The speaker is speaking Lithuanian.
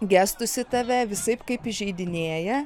gestus į tave visaip kaip įžeidinėja